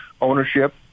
ownership